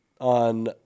on